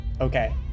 Okay